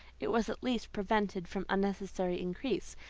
it was at least prevented from unnecessary increase,